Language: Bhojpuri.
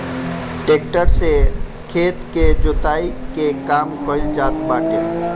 टेक्टर से खेत के जोताई के काम कइल जात बाटे